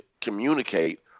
communicate